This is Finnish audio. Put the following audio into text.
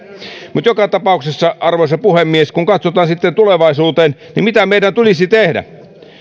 mutta joka tapauksessa arvoisa puhemies kun katsotaan sitten tulevaisuuteen mitä meidän tulisi tehdä